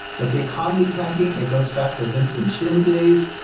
with the economy tanking it goes back to vincent chin days,